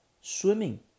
Swimming